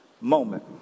moment